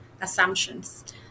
assumptions